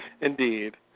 Indeed